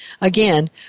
again